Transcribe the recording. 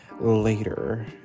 later